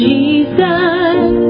Jesus